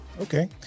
Okay